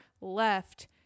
left